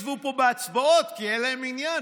אפילו לא ישבו פה בהצבעות כי אין להם עניין,